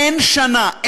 אין שנה,